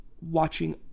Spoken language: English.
watching